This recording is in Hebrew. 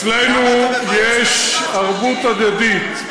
אצלנו יש ערבות הדדית.